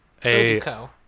Sudoku